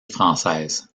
française